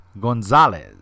Gonzalez